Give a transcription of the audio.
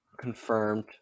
confirmed